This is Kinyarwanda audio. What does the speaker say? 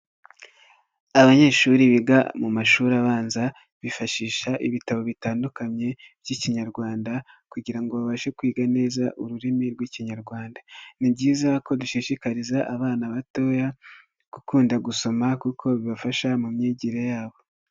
Abanyeshuri biga mu mashuri abanza, bifashisha ibitabo bitandukanye by'ikinyarwanda, kugira ngo babashe kwiga neza ururimi rw'ikinyarwanda. Ni byiza ko dushishikariza abana batoya, gukunda gusoma kuko bibafasha mu myigire yabo.